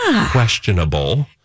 questionable